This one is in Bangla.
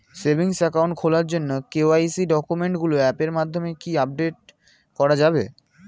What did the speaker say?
সেভিংস একাউন্ট খোলার জন্য কে.ওয়াই.সি ডকুমেন্টগুলো অ্যাপের মাধ্যমে কি আপডেট করা যাবে?